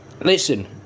listen